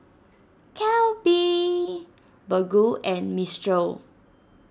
Calbee Baggu and Mistral